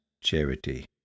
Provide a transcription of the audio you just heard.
charity